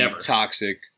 toxic